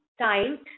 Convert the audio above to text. time